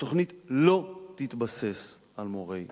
התוכנית לא תתבסס על מורי קבלן,